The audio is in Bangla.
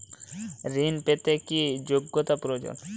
ঋণ পেতে কি যোগ্যতা প্রয়োজন?